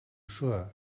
sure